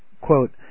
quote